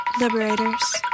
liberators